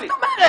מה זאת אומרת?